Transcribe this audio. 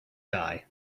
die